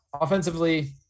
offensively